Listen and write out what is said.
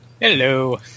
Hello